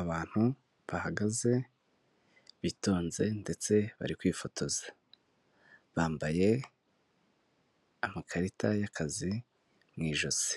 Abantu bahagaze bitonze ndetse bari kwifotoza. Bambaye amakarita y'akazi mu ijosi.